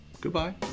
Goodbye